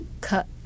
cut